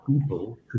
people